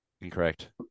Incorrect